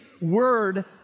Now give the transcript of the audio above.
word